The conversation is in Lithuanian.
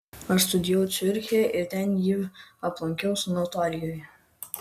aš studijavau ciuriche ir ten jį aplankiau sanatorijoje